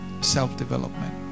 self-development